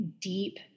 deep